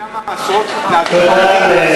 למה עשרות נהגים, ?